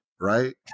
Right